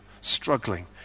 struggling